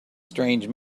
strange